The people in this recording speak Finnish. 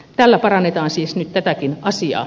tällä parannetaan siis nyt tätäkin asiaa